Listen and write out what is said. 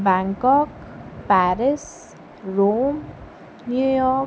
Bangkok Paris Rome New York